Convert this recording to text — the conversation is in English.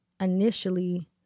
initially